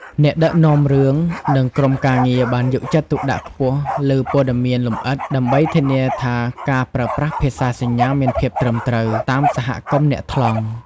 អ្នកដឹកនាំរឿង និងក្រុមការងារបានយកចិត្តទុកដាក់ខ្ពស់លើព័ត៌មានលម្អិត ដើម្បីធានាថាការប្រើប្រាស់ភាសាសញ្ញាមានភាពត្រឹមត្រូវ តាមសហគមន៍អ្នកថ្លង់ ។